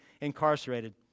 incarcerated